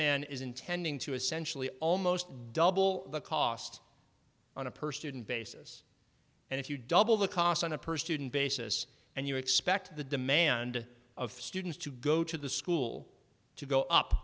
man is intending to essentially almost double the cost on a per student basis and if you double the cost on a per student basis and you expect the demand of students to go to the school to go up